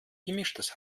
gemischtes